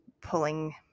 pulling